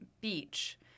beach